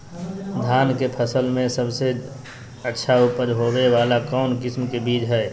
धान के फसल में सबसे अच्छा उपज होबे वाला कौन किस्म के बीज हय?